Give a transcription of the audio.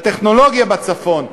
לטכנולוגיה בצפון,